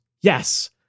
Yes